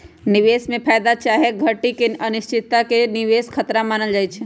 निवेश में फयदा चाहे घटि के अनिश्चितता के निवेश खतरा मानल जाइ छइ